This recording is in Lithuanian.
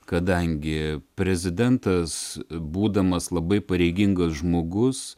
kadangi prezidentas būdamas labai pareigingas žmogus